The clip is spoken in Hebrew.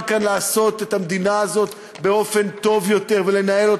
כאן לעשות את המדינה הזאת באופן טוב יותר,